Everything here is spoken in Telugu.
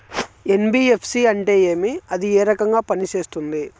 ఎన్.బి.ఎఫ్.సి అంటే ఏమి అది ఏ రకంగా పనిసేస్తుంది